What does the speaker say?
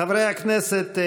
חברי הכנסת,